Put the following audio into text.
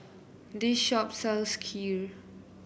this shop sells Kheer